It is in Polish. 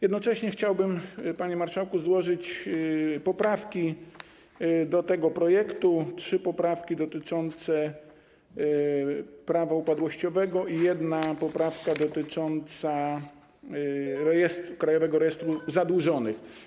Jednocześnie chciałbym, panie marszałku, złożyć poprawki do tego projektu: trzy poprawki dotyczące Prawa upadłościowego i jedną poprawkę dotyczącą Krajowego Rejestru Zadłużonych.